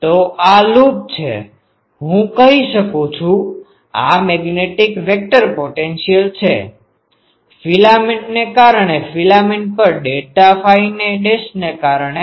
તો આ લૂપ છે હું કહી શકું છું આ મેગ્નેટિક વેક્ટર પોટેન્શિઅલ છે ફિલામેન્ટને કારણે ફિલેમેન્ટ પર ડેલ્ટા ફાઈ ડેશને કારણે